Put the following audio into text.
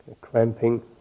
cramping